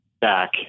back